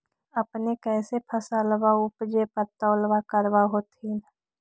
अपने कैसे फसलबा उपजे पर तौलबा करबा होत्थिन?